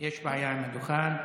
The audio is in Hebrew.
לא בסדר עם הדוכן.